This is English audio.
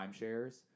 timeshares